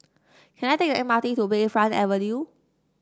can I take M R T to Bayfront Avenue